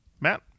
Matt